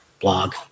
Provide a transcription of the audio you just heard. blog